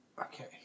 Okay